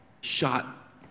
shot